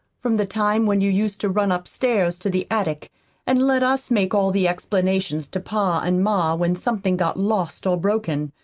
from the time when you used to run upstairs to the attic and let us make all the explanations to pa and ma when something got lost or broken.